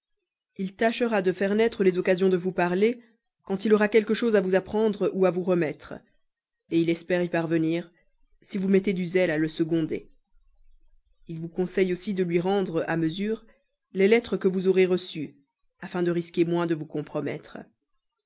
il tâchera de faire naître les occasions de vous parler quand il aura quelque chose à vous apprendre ou à vous remettre il espère y parvenir si vous mettez du zèle à le seconder il vous conseille aussi de lui rendre à mesure les lettres que vous aurez reçues afin de risquer moins de vous compromettre